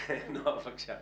נועה בבקשה.